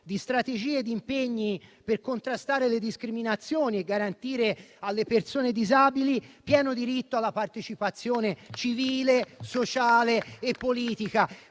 di strategie e di impegni per contrastare le discriminazioni e garantire alle persone disabili pieno diritto alla partecipazione civile, sociale e politica.